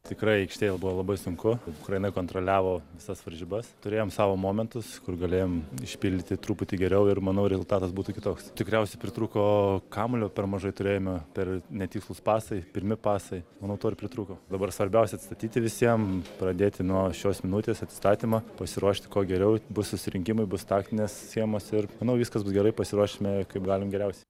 tikrai aikštėje buvo labai sunku ukraina kontroliavo visas varžybas turėjom savo momentus kur galėjom išpildyti truputį geriau ir manau rezultatas būtų kitoks tikriausiai pritrūko kamuolio per mažai turėjome per netikslūs pasai pirmi pasai manau to ir pritrūko dabar svarbiausia atsistatyti visiem pradėti nuo šios minutės atsistatymą pasiruošti kuo geriau bus susirinkimai bus taktinės schemos ir manau viskas bus gerai pasiruošime kaip galim geriausiai